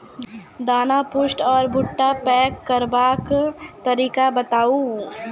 दाना पुष्ट आर भूट्टा पैग करबाक तरीका बताऊ?